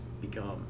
become